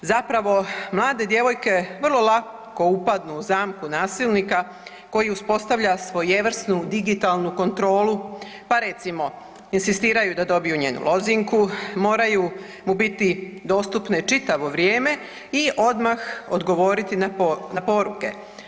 Zapravo, mlade djevojke vrlo lako upadnu u zamku nasilnika koji uspostavlja svojevrsnu digitalnu kontrolu, pa recimo inzistiraju da dobiju njenu lozinku, moraju mu biti dostupne čitavo vrijeme i odmah odgovoriti na poruku.